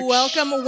welcome